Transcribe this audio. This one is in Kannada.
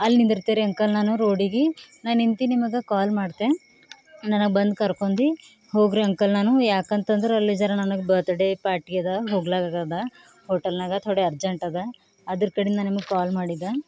ಅಲ್ಲಿ ನಿಂತಿರ್ತೀರಿ ಅಂಕಲ್ ನಾನು ರೋಡಿಗೆ ನಾನು ನಿಂತು ನಿಮಗೆ ಕಾಲ್ ಮಾಡ್ತೆ ನನಗೆ ಬಂದು ಕರ್ಕೊಂಡಿ ಹೋಗಿರಿ ಅಂಕಲ್ ನಾನು ಯಾಕಂತಂದ್ರೆ ಅಲ್ಲಿ ಜರಾ ನನಗೆ ಬರ್ತಡೇ ಪಾರ್ಟಿ ಅದ ಹೋಗ್ಲಾಗಾಗದ ಹೋಟೆಲ್ನಾಗ ಥೋಡೆ ಅರ್ಜೆಂಟ್ ಅದ ಅದರ ಕಡಿಂದ ನಿಮಗೆ ಕಾಲ್ ಮಾಡಿದ್ದು